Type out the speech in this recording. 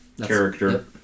Character